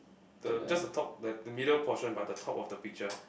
the just the top that the middle portion but the top of the picture